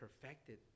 perfected